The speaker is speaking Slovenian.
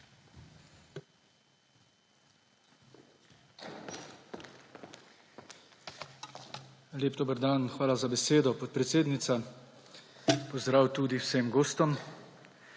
Lep dober dan. Hvala za besedo, podpredsednica. Pozdrav tudi vsem gostom!